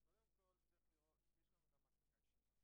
ובנוסף לזה ההוראות שקבועות בחוק הזה.